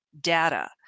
data